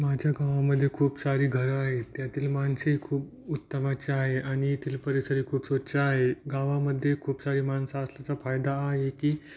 माझ्या गावामध्ये खूप सारे घरं आहे त्यातील माणसे खूप उत्तमाचे आहे आणि येथील परिसरही खूप स्वच्छ आहे गावामध्ये खूप सारे माणसं असल्याचा फायदा हा आहे की